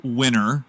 winner